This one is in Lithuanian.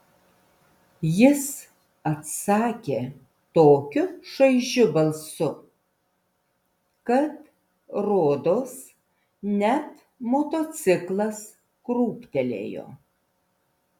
jis atsakė tokiu šaižiu balsu kad rodos net motociklas krūptelėjo